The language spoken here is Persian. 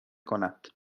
کند